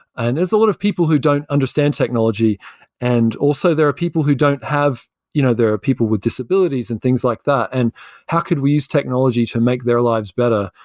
and there's a a lot of people who don't understand technology and also there are people who don't have you know there are people with disabilities and things like that, and how could we use technology to make their lives better?